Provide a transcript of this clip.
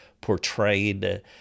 portrayed